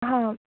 हां